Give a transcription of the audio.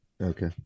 Okay